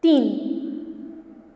तीन